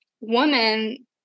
woman